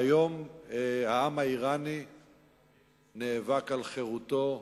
והיום העם האירני נאבק על חירותו,